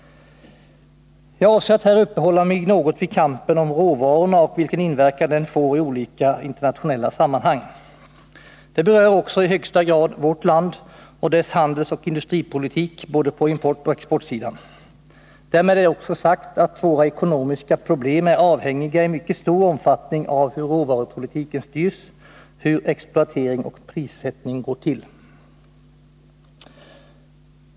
Jag avser att här uppehålla mig vid kampen om råvarorna och vilken inverkan den får i olika internationella sammanhang. Det berör också i högsta grad vårt land och dess handelsoch industripolitik på både importoch exportsidan. Därmed är det också sagt att våra ekonomiska problem i mycket stor omfattning är avhängiga av hur råvarupolitiken styrs, hur exploatering och prissättning går till.